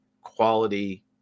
quality